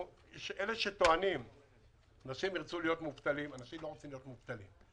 אלה שטוענים שאנשים ירצו להיות מובטלים אנשים לא רוצים להיות מובטלים.